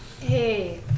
Hey